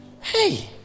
hey